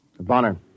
Bonner